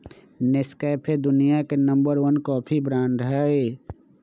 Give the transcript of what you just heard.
Nescafe दुनिया के number one coffee brand हई